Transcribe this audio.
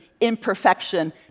imperfection